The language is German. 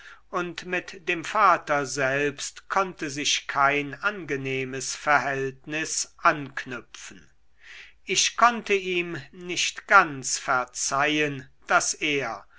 und mit dem vater selbst konnte sich kein angenehmes verhältnis anknüpfen ich konnte ihm nicht ganz verzeihen daß er